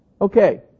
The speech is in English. Okay